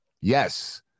Yes